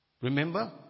Remember